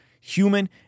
human